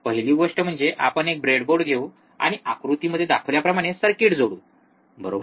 पहिली गोष्ट म्हणजे आपण एक ब्रेडबोर्ड घेऊ आणि आकृतीमध्ये दाखवल्याप्रमाणे सर्किट जोडू बरोबर